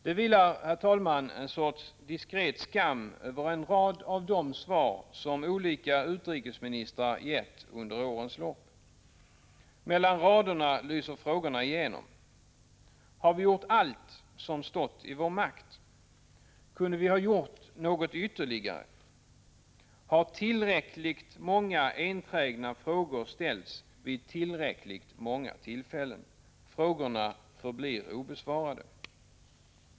Det vilar, herr talman, en sorts diskret skam över en rad av de svar på frågor rörande Raoul Wallenberg som olika utrikesministrar gett under årens lopp. Mellan raderna lyser frågorna igenom: Har vi gjort allt som stått i vår makt? Kunde vi ha gjort något ytterligare? Har tillräckligt många enträgna frågor ställts vid tillräckligt många tillfällen? Frågorna förblir obesvarade.